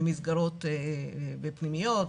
בפנימיות,